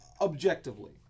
objectively